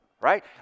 right